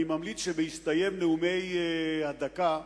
אני ממליץ שבהסתיים נאומי הדקה,